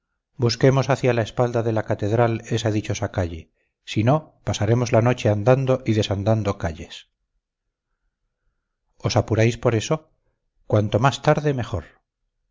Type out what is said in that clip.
busquemos hacia la espalda de la catedral esa dichosa calle si no pasaremos la noche andando y desandando calles os apuráis por eso cuanto más tarde mejor